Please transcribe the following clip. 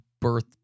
birth